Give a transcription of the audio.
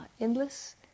endless